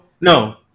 no